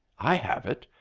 i have it!